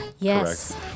Yes